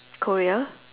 Korea